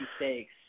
mistakes